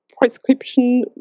prescription